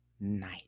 night